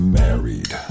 married